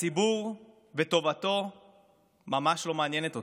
הציבור וטובתו ממש לא מעניינת אותם.